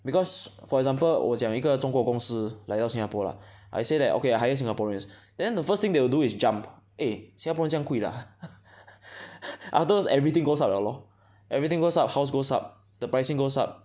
because for example 我讲一个中国公司来到新加坡 lah I say that okay hire Singaporeans then the first thing they will do is jump eh 新加坡人这样贵的 ah afterwards everything goes up liao lor everything goes up house goes up the pricing goes up